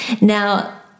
Now